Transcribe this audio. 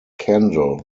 kendall